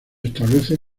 establece